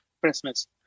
Christmas